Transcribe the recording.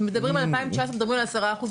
מדברים על 2019 מדברים על עשרה אחוז,